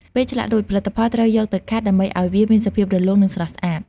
ពេលឆ្លាក់រួច ផលិតផលត្រូវយកទៅខាត់ ដើម្បីឱ្យវាមានសភាពរលោង និងស្រស់ស្អាត។